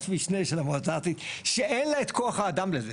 משנה של המועצה הארצית שאין לה את כוח האדם לזה,